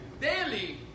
Daily